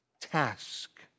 task